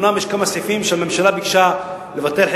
אומנם יש כמה סעיפים שהממשלה ביקשה לבטל,